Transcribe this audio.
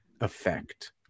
effect